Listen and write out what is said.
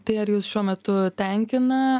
tai ar jus šiuo metu tenkina